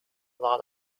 lot